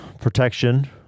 protection